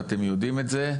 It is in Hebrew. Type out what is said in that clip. ואתם יודעים את זה,